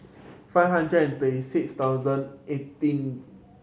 five hundred and thirty six thousand eighteen